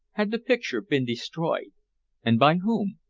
had the picture been destroyed and by whom?